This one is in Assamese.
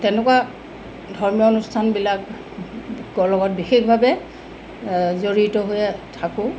তেনেকুৱা ধৰ্মীয় অনুষ্ঠানবিলাকৰ লগত বিশেষভাৱে জড়িত হৈ থাকোঁ